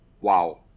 wow